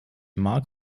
mag